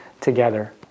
together